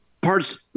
parts